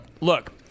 look